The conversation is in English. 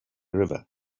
river